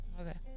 okay